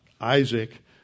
Isaac